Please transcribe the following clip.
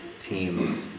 team's